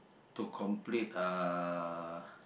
to complete uh